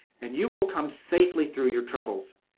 and you will come safely through your troubles